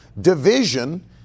division